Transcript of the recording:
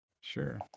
Sure